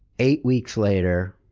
eight weeks later,